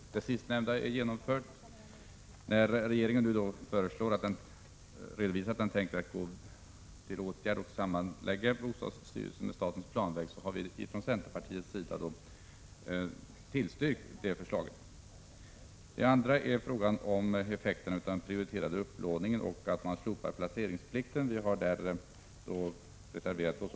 Det sistnämnda är genomfört. Centerpartiet tillstyrker regeringens förslag att sammanlägga bostadsstyrelsen med statens planverk. Den andra kommentaren jag vill göra gäller effekterna av den prioriterade upplåningen och av att placeringsplikten har slopats. Vi har där reserverat oss.